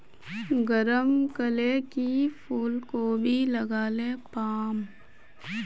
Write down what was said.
गरम कले की फूलकोबी लगाले पाम?